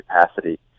capacity